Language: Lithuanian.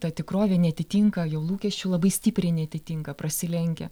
ta tikrovė neatitinka jo lūkesčių labai stipriai neatitinka prasilenkia